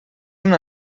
una